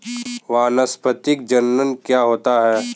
वानस्पतिक जनन क्या होता है?